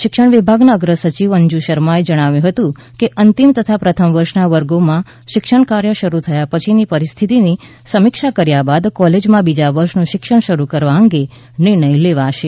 શિક્ષણ વિભાગના અગ્રસચિવ અંજુ શર્માએ જણાવ્યું હતું કે અંતિમ તથા પ્રથમ વર્ષના વર્ગોમાં શિક્ષણ શરૂ થયા પછીની પરિસ્થિતિની સમીક્ષા કર્યા બાદ કોલેજમાં બીજા વર્ષનું શિક્ષણ શરૂ કરવા અંગે નિર્ણય લેવાશે